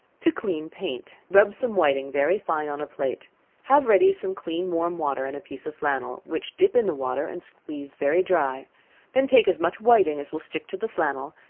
to clean paint. rub some whiting very fine on a plate have ready some clean warm water, and a piece of flannel, which dip in the water and squeeze very dry then take as much whiting as will stick to the flannel,